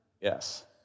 Yes